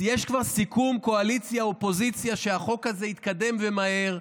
יש כבר סיכום קואליציה-אופוזיציה שהחוק הזה יתקדם ומהר,